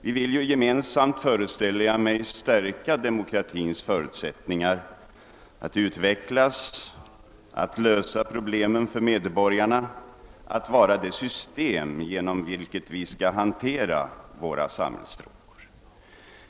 Vi vill alla, föreställer jag mig, stärka demokratins förutsättningar att utvecklas, att lösa problemen för medborgarna, att vara det system inom vilket våra samhällsfrågor skall behandlas.